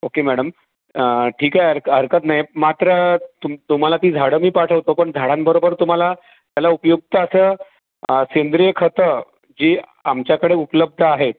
okay madam ठीक आहे हरकं हरकत नाही मात्र तुम तुम्हाला ती झाडं मी पाठवतो पण झाडांबरोबर तुम्हाला त्याला उपयुक्त असं सेंद्रिय खतं जी आमच्याकडे उपलब्ध आहेत